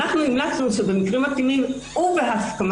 אנחנו המלצנו שבמקרים מתאימים ובהסכמת